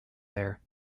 there